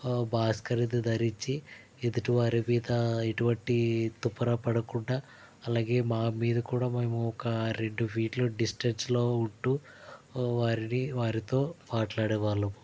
మాస్కులను ధరించి ఎదుటివారి మీద ఎటువంటి తుప్పరా పడకుండా అలాగే మా మీద కూడా మేము ఒక రెండు మీటర్ డిస్టెన్స్లో ఉంటూ వారిని వారితో మాట్లాడేవాళ్ళం